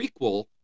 prequel